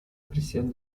prisión